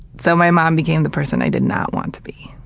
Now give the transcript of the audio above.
so, my mom became the person i did not want to be.